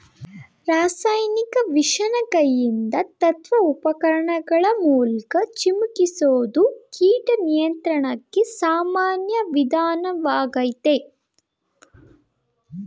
ರಾಸಾಯನಿಕ ವಿಷನ ಕೈಯಿಂದ ಅತ್ವ ಉಪಕರಣಗಳ ಮೂಲ್ಕ ಚಿಮುಕಿಸೋದು ಕೀಟ ನಿಯಂತ್ರಣಕ್ಕೆ ಸಾಮಾನ್ಯ ವಿಧಾನ್ವಾಗಯ್ತೆ